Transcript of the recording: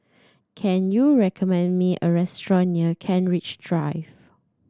can you recommend me a restaurant near Kent Ridge Drive